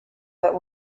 that